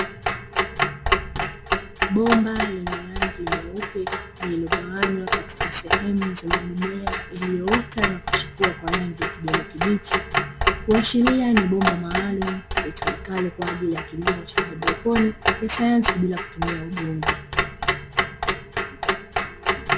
Bomba lenye rangi nyeupe lililogawanywa katika sehemu zenye mimea iliyoota na kuchipua kwa rangi ya kijani kibichi, kuashiria ni bomba maalumu litumikalo kwa ajili ya kilimo cha haidroponi ya sayansi bila kutumia udongo.